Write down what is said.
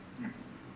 Yes